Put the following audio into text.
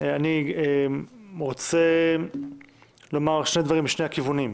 אני רוצה לומר שני דברים משני הכיוונים.